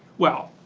well,